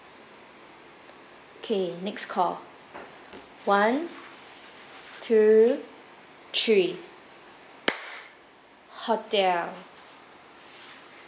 okay next call one two three hotel